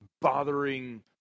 bothering